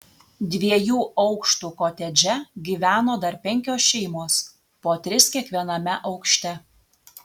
dviejų aukštų kotedže gyveno dar penkios šeimos po tris kiekviename aukšte